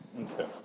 Okay